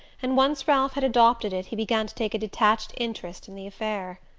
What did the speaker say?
and once ralph had adopted it he began to take a detached interest in the affair.